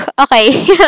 Okay